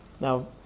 Now